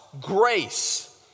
grace